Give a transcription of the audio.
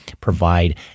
provide